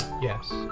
Yes